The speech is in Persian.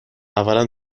اولا